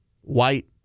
white